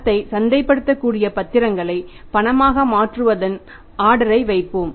பணத்தை சந்தைப்படுத்தக்கூடிய பத்திரங்களை பணமாக மாற்றுவதற்கான ஆர்டரை வைப்போம்